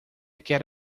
quer